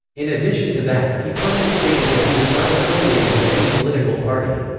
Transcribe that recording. in addition to that, he firmly stated that he was not affiliated with any political party.